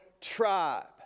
Tribe